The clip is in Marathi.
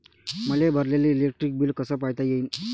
मले भरलेल इलेक्ट्रिक बिल कस पायता येईन?